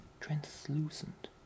translucent